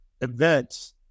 events